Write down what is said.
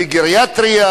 בגריאטריה,